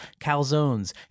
calzones